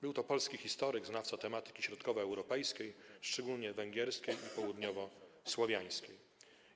Był to polski historyk, znawca tematyki środkowoeuropejskiej, szczególnie węgierskiej i południowosłowiańskiej.